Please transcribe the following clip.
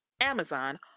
amazon